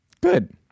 Good